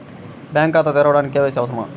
Bank ఖాతా తెరవడానికి KYC అవసరమా?